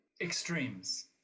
Extremes